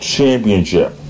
Championship